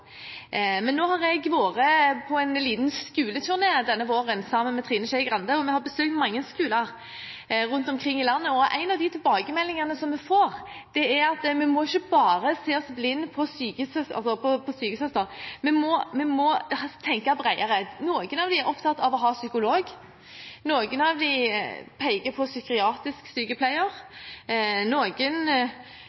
Nå har jeg vært på en liten skoleturné denne våren sammen med Trine Skei Grande, og vi har besøkt mange skoler rundt omkring i landet. En av de tilbakemeldingene som vi får, er at vi må ikke bare se oss blind på helsesøster, vi må tenke bredere. Noen av dem er opptatt av å ha psykolog, noen av dem peker på psykiatrisk sykepleier, noen